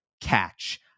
catch